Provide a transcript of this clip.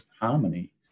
harmony